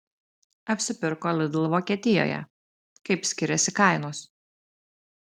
apsipirko lidl vokietijoje kaip skiriasi kainos